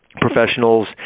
Professionals